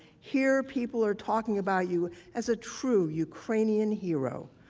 here people are talking about you as a true ukrainian hero.